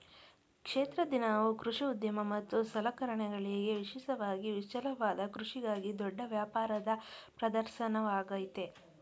ಕ್ಷೇತ್ರ ದಿನವು ಕೃಷಿ ಉದ್ಯಮ ಮತ್ತು ಸಲಕರಣೆಗಳಿಗೆ ವಿಶೇಷವಾಗಿ ವಿಶಾಲವಾದ ಕೃಷಿಗಾಗಿ ದೊಡ್ಡ ವ್ಯಾಪಾರದ ಪ್ರದರ್ಶನವಾಗಯ್ತೆ